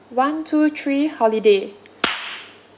one two three holiday